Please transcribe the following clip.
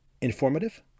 informative